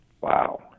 Wow